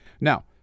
Now